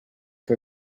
que